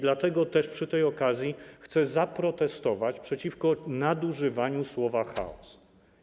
Dlatego też przy tej okazji chcę zaprotestować przeciwko nadużywaniu słowa „chaos”